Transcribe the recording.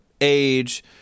Age